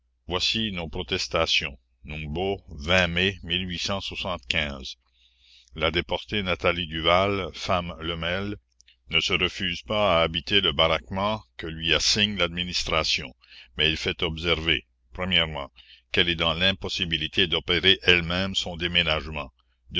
voici nos protestations umbo mai a déportée nathalie duval femme lemel ne se refuse pas à habiter le baraquement que lui assigne l'administration mais elle fait observer quelle est dans l'impossibilité d'opérer elle-même son déménagement